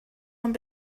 ond